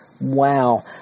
Wow